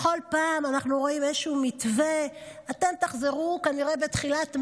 בכל פעם אנחנו רואים איזשהו מתווה: אתם תחזרו כנראה בתחילת מרץ,